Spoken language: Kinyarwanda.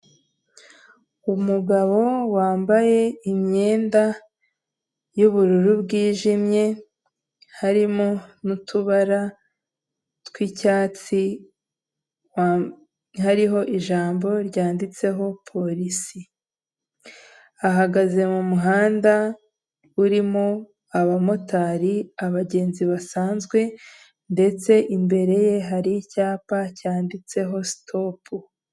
Umugabo wambaye imyenda y'ubururu bwijimye harimo n'utubara twicyatsi hariho ijambo ryanditseho polisi, ahagaze mu muhanda urimo aba motari abagenzi basanzwe ndetse imbere ye hari icyapa cyanditseho sitopu.